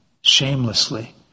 shamelessly